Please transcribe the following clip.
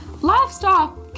Livestock